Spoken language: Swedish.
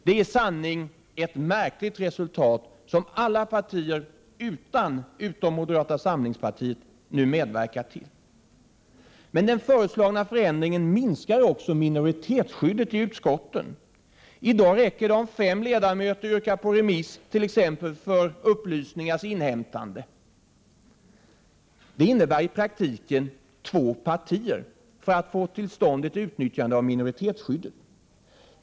Det är i sanning ett märkligt resultat som alla partier utom moderata samlingspartiet nu medverkar till. Den föreslagna förändringen minskar emellertid också minoritetsskyddet i utskotten. I dag räcker det om fem ledamöter yrkar på remiss, t.ex. för upplysningars inhämtande. Det innebär i praktiken att det krävs två partier för att få till stånd ett utnyttjande av minoritetsskyddet.